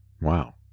Wow